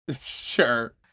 Sure